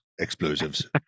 Explosives